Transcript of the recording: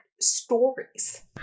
stories